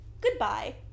goodbye